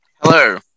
Hello